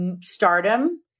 stardom